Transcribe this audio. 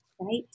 right